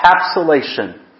encapsulation